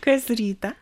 kas rytą